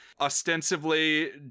ostensibly